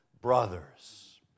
brothers